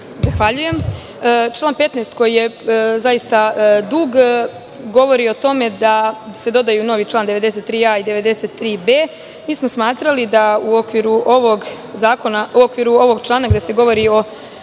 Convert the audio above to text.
Božanić** Član 15. koji je zaista dug govori o tome da se dodaju čl. 93a i 93b. Mi smo smatrali da u okviru ovog člana, gde se govori o